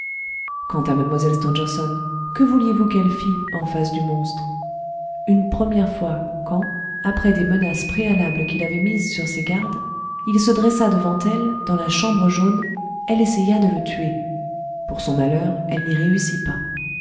quant à mlle stangerson que vouliez-vous qu'elle fît en face du monstre une première fois quand après des menaces préalables qui l'avaient mise sur ses gardes il se dressa devant elle dans la chambre jaune elle essaya de le tuer pour son malheur elle n'y réussit pas